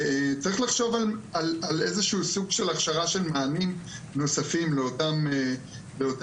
וצריך לחשוב על איזה שהוא סוג של הכשרה של מענים נוספים לאותם קב"סים,